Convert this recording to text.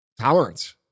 tolerance